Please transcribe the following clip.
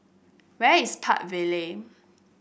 where is Park Vale